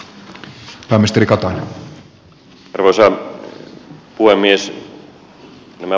arvoisa puhemies